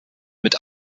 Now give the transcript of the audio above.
mit